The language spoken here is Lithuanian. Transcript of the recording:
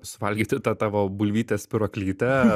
suvalgyti tą tavo bulvytę spyruoklytę